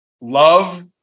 love